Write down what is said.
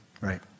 Right